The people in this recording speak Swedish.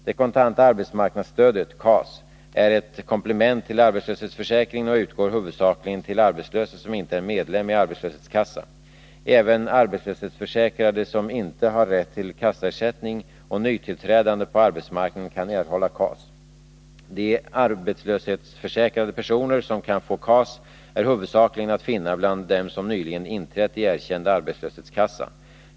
Det kontanta arbetsmarknadsstödet är ett komplement till arbetslöshetsförsäkrningen och utgår huvudsakligen till arbetslösa som inte är medlemmar i arbetslöshetskassa. Även arbetslöshetsförsäkrade som inte har rätt till kassaersättning och nytillträdande på arbetsmarknaden kan erhålla KAS. De arbetslöshetsförsäkrade personer som kan få KAS är att finna huvudsakligen bland dem som nyligen inträtt i erkänd arbetslöshetskassa.